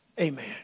Amen